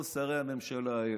כל שרי הממשלה,